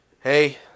hey